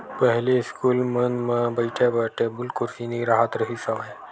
पहिली इस्कूल मन म बइठे बर टेबुल कुरसी नइ राहत रिहिस हवय